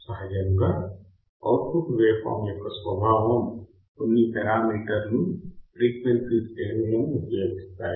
సహజముగా output waveform యొక్క స్వభావం కొన్ని పెరామీటర్లు ఫ్రీక్వెన్సీ శ్రేణుల ను ఉపయోగిస్తాయి